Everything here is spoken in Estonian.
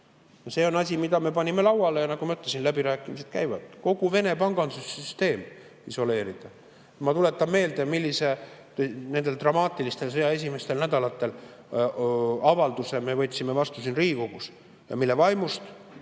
See on asi, mille me panime lauale, ja nagu ma ütlesin, läbirääkimised käivad. Kogu Vene pangandussüsteem isoleerida! Ma tuletan meelde, millise avalduse me nendel dramaatilistel sõja esimestel nädalatel võtsime vastu siin Riigikogus, mille vaimust